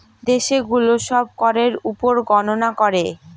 দেশে গুলো সব করের উপর গননা করে